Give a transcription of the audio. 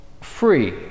free